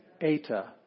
Eta